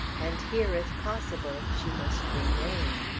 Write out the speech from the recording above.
and here if possible she must remain.